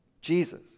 Jesus